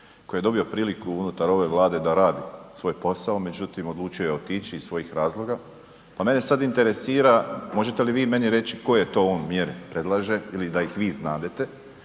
koji je dobio priliku unutar ove Vlade da radi svoj posao, međutim odlučio je otići iz svojih razloga. Pa mene sada interesira možete li vi meni reći koje on to mjere predlaže ili da ih vi znadete